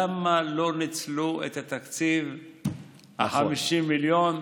למה לא ניצלו את התקציב של 50 מיליון.